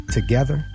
Together